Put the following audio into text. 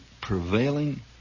prevailing